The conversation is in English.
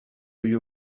you